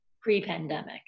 pre-pandemic